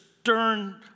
stern